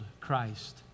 Christ